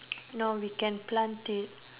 no we can plant it